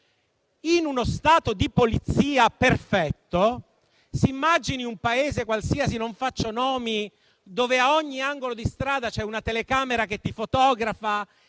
uno Stato di polizia perfetto, un Paese qualsiasi (non faccio nomi) dove a ogni angolo di strada c'è una telecamera che ti fotografa